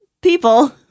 people